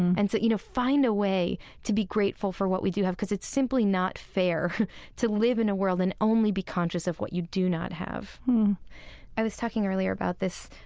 and so, you know, find a way to be grateful for what we do have, because it's simply not fair to live in a world and only be conscious of what you do not have i was talking earlier about this,